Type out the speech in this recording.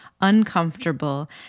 uncomfortable